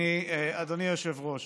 אדוני היושב-ראש,